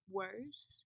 worse